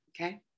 okay